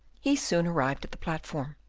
he soon arrived at the platform,